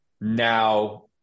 Now